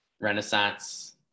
renaissance